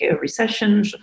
recession